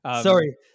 sorry